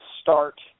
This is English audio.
start